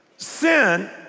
Sin